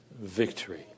victory